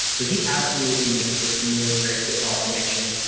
so he absolutely makes this military football connection,